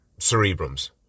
cerebrums